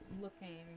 looking